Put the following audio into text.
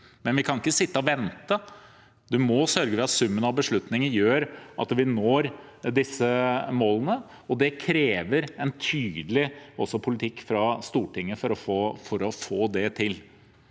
imidlertid ikke sitte og vente. Vi må sørge for at summen av beslutninger gjør at vi når disse målene, og det krever en tydelig politikk fra Stortinget for å få det til.